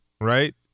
right